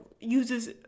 uses